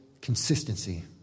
consistency